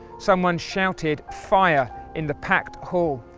someone shouted fire in the packed hall.